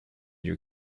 your